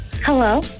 Hello